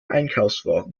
einkaufswagen